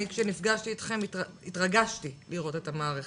כשאני נפגשתי אתכם אני התרגשתי לראות את המערכת.